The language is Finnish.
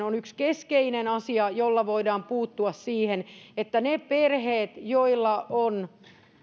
on yksi keskeinen asia jolla voidaan puuttua siihen että ne perheet joilla on